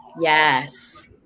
Yes